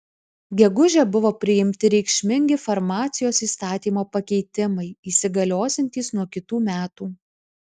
gegužę buvo priimti reikšmingi farmacijos įstatymo pakeitimai įsigaliosiantys nuo kitų metų